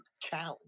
challenge